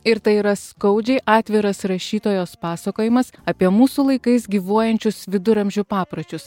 ir tai yra skaudžiai atviras rašytojos pasakojimas apie mūsų laikais gyvuojančius viduramžių papročius